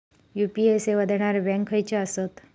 UPI सेवा देणारे bank खयचे आसत?